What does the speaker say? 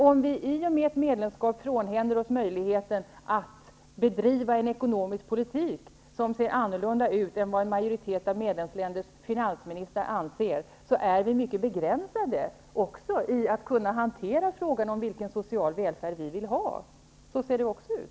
Om vi, i och med ett medlemskap, frånhänder oss möjligheten att bedriva en ekonomisk politik som ser annorlunda ut än vad en majoritet av medlemsländernas finansministrar anser att den skall se ut, har vi mycket begränsade möjligheter att hantera frågan om vilken social välfärd vi vill ha. Så ser det ut.